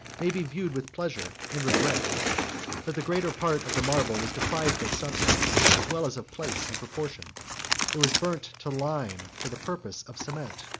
may be viewed with pleasure and regret but the greater part of the marble was deprived of substance, as well as of place and proportion it was burnt to lime for the purpose of cement.